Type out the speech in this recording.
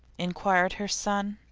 inquired her son.